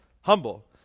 humble